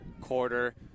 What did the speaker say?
quarter